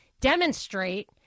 demonstrate